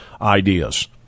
ideas